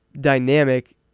dynamic